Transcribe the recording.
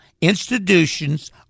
institutions